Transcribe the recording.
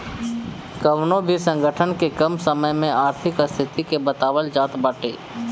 कवनो भी संगठन के कम समय में आर्थिक स्थिति के बतावल जात बाटे